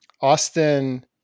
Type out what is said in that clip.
Austin